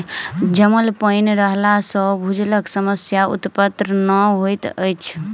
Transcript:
जमल पाइन रहला सॅ भूजलक समस्या उत्पन्न नै होइत अछि